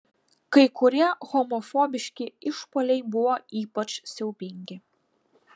kai kurie homofobiški išpuoliai buvo ypač siaubingi